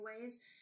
ways